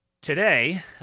Today